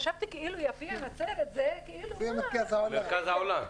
חשבתי כאילו יפיע ונצרת, מרכז העולם.